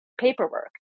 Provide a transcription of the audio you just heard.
paperwork